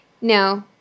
No